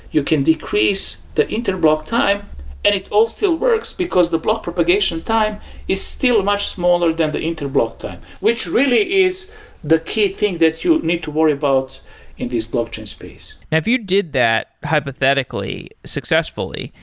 you can decrease the interblock time and it all still works, because the block propagation time is still much smaller than the interblock time, which really is the key thing that you need to worry about in this blockchain space. if you did that hypothetically successfully,